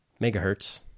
megahertz